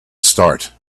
start